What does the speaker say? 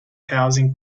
housing